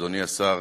אדוני השר,